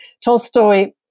Tolstoy